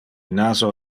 naso